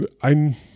Ein